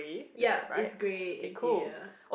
yeap it's grey interior